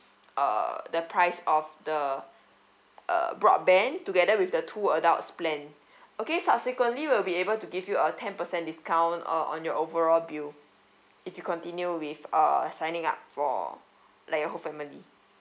uh the price of the uh broadband together with the two adults plan okay subsequently we'll be able to give you a ten percent discount uh on your overall bill if you continue with uh signing up for like your whole family